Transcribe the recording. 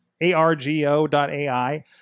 argo.ai